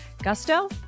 Gusto